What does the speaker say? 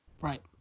right